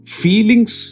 feelings